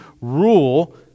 rule